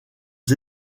aux